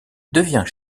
devient